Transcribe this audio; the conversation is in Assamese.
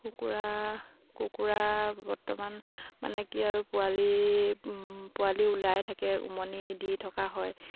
কুকুৰা কুকুৰা বৰ্তমান মানে কি আৰু পোৱালি পোৱালি ওলায়ে থাকে উমনি দি থকা হয়